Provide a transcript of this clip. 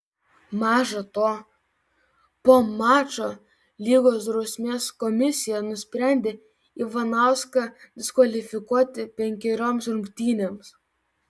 maža to po mačo lygos drausmės komisija nusprendė ivanauską diskvalifikuoti penkerioms rungtynėms